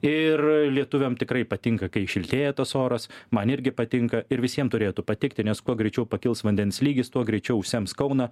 ir lietuviam tikrai patinka kai šiltėja tas oras man irgi patinka ir visiem turėtų patikti nes kuo greičiau pakils vandens lygis tuo greičiau užsems kauną